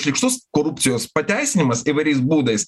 šlykštus korupcijos pateisinimas įvairiais būdais